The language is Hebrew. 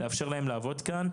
לאפשר להם לעבוד כאן,